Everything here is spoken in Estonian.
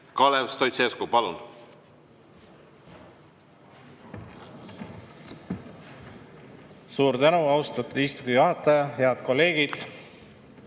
Kalev Stoicescu. Palun! Suur tänu, austatud istungi juhataja! Head kolleegid!